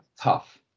tough